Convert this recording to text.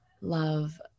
love